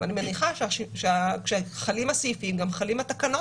בשביל זה אני אומר, כתוצאה מכל התהליכים